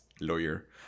lawyer